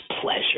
pleasure